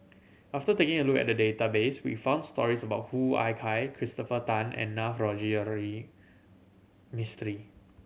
after taking a look at the database we found stories about Hoo Ah Kay Christopher Tan and Navroji R Mistri